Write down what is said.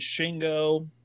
Shingo